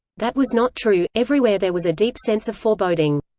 that was not true everywhere there was a deep sense of foreboding.